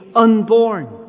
unborn